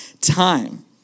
time